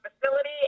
facility